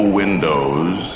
windows